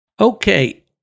okay